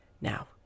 Now